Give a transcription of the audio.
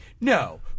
No